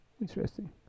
Interesting